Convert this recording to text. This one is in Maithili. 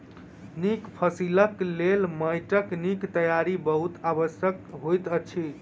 नीक फसिलक लेल माइटक नीक तैयारी बहुत आवश्यक होइत अछि